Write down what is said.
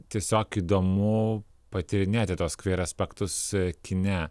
tiesiog įdomu patyrinėti tuos kvyr aspektus kine